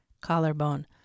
Collarbone